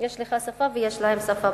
יש לך שפה ויש להם שפה.